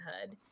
Hood